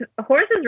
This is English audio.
Horses